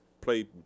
play